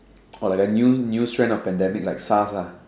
or like a new new strand of pandemic like S_A_R_S lah